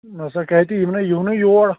نسا کٔتہِ یِم نےَ یِونٕے یور